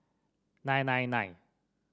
nine nine nine